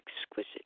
exquisite